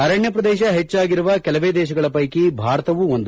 ಅರಣ್ಣ ಪ್ರದೇಶ ಹೆಚ್ಚಾಗಿರುವ ಕೆಲವೇ ದೇಶಗಳ ಹೈಕಿ ಭಾರತವು ಒಂದು